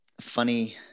funny